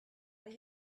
are